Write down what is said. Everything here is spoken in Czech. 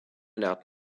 dát